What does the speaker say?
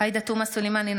עאידה תומא סלימאן,